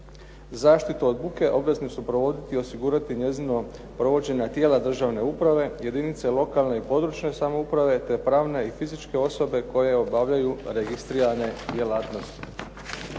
Zaštitu od buke obvezni su provoditi i osigurati njezino provođenje tijela državne uprave, jedinice lokalne i područne samouprave, te pravne i fizičke osobe koje obavljaju registrirane djelatnosti.